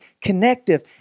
connective